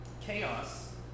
Chaos